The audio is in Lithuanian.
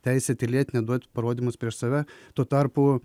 teisė tylėti neduoti parodymus prieš save tuo tarpu